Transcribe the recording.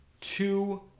two